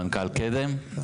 מנכ״ל ׳קדם׳,